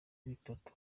bitatu